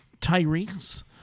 Tyrese